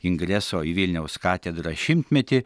ingreso į vilniaus katedrą šimtmetį